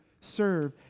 serve